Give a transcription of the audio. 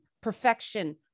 perfection